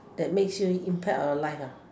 that makes you impact on your life ah